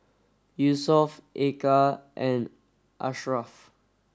Yusuf Eka and Asharaff